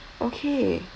okay